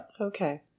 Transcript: Okay